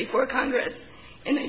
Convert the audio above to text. before congress and